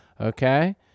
okay